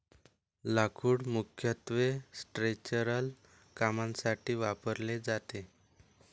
लाकूड मुख्यत्वे स्ट्रक्चरल कामांसाठी वापरले जाते